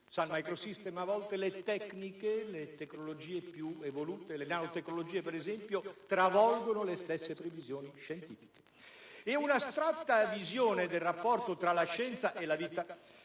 Sun Microsystems - le tecniche più evolute (le nanotecnologie, ad esempio) travolgono le stesse previsioni scientifiche. E un'astratta visione del rapporto tra la scienza e la vita